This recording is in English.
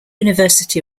university